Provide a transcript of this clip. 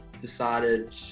decided